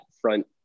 front